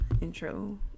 intro